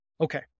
Okay